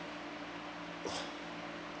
!wah!